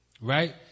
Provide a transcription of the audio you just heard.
right